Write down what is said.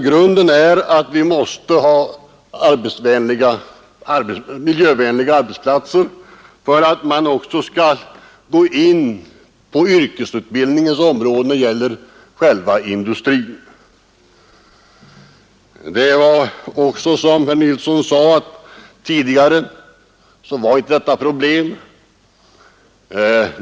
Grunden är att vi måste ha miljövänliga arbetsplatser för att de unga också skall gå in för yrkesutbildning när det gäller industrin. Det är också riktigt som herr Nilsson sade att detta problem inte fanns tidigare.